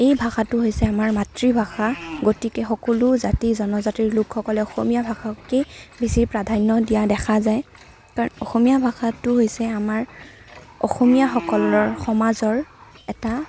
এই ভাষাটো হৈছে আমাৰ মাতৃভাষা গতিকে সকলো জাতি জনজাতিৰ লোকসকলে অসমীয়া ভাষাকে বেছি প্ৰাধান্য দিয়া দেখা যায় কাৰণ অসমীয়া ভাষাটো হৈছে আমাৰ অসমীয়াসকলৰ সমাজৰ এটা